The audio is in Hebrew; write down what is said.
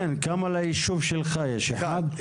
כן, כמה לישוב שלך יש, אחד?